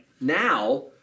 Now